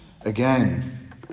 again